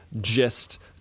gist